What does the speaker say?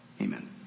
Amen